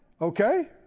okay